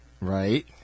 Right